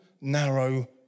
narrow